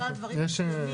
יש תקנות כבר.